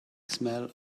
smell